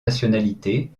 nationalités